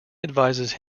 advises